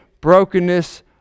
brokenness